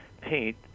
paint